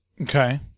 Okay